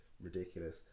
ridiculous